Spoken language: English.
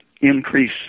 increase